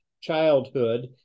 childhood